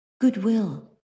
goodwill